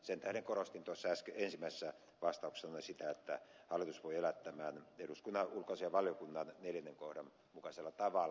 sen tähden korostin ensimmäisessä vastauksessani sitä että hallitus voi elää eduskunnan ulkoasiainvaliokunnan neljännen kohdan mukaisella tavalla